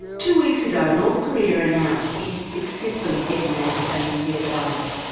two weeks ago north korea announced it had successfully detonated a nuclear device.